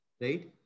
right